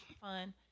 fun